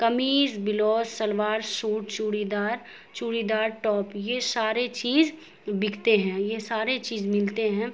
kameez blouse salwar suit churidar churidar top یہ سارے چیز بکتے ہیں یہ سارے چیز ملتے ہیں